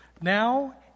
now